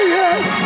yes